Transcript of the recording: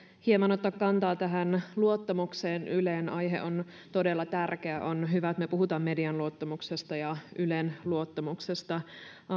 hieman ottaa kantaa tähän luottamukseen yleen aihe on todella tärkeä on hyvä että me puhumme median luottamuksesta ja ylen luottamuksesta